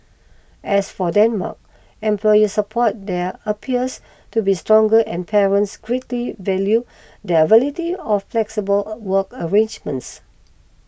as for Denmark employer support there appears to be stronger and parents greatly value there availability of flexible work arrangements